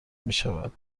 میشود